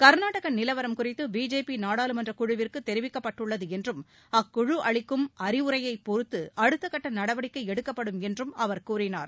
கர்நாடக நிலவரம் குறித்து பிஜேபி நாடாளுமன்றக் குழுவிற்கு தெரிவிக்கப்பட்டுள்ளது என்றும் அக்குழு அளிக்கும் அறிவுரையைப் பொறுத்து அடுத்தகட்ட நடவடிக்கை எடுக்கப்படும் என்றும் அவர் கூறினார்